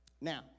Now